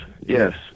yes